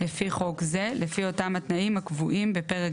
לפי חוק זה לפי אותם התנאים הקבועים בפרק